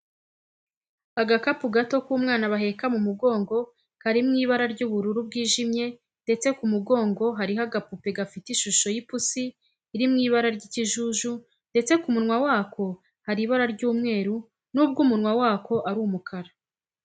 Agakapu gato k'umwana baheka mu mugongo kari mu ibara ry'ubururu bwijimye ndetse ku mugongo hariho agapupe gafite ishusho y'ipusi iri mu ibara ry'ikijuju ndetse ku munwa wako hari ibara ry'umweru nubwo umunwa wako ari umukara.